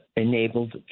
Enabled